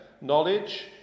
Knowledge